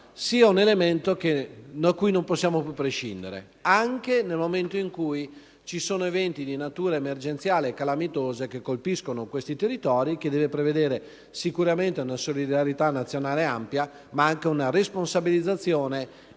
sia un elemento da cui non possiamo più prescindere nel momento in cui ci sono eventi di natura emergenziale e calamitosa che colpiscono questi territori, che devono prevedere sicuramente una solidarietà nazionale ampia ma anche una responsabilizzazione